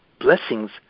blessings